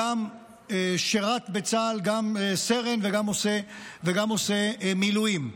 גם שירת בצה"ל, גם סרן וגם עושה מילואים.